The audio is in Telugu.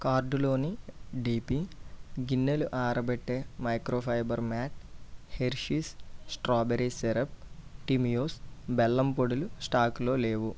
కార్టులోని డిపి గిన్నెలు ఆరబెట్టే microfibre mat Hershey's strawberry syrup Timios బెల్లం పొడులు స్టాకులో లేవు